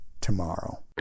tomorrow